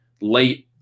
late